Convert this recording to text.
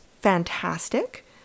fantastic